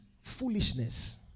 foolishness